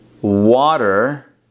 Water